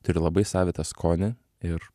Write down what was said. turi labai savitą skonį ir